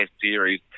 series